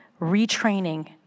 retraining